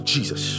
Jesus